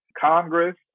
Congress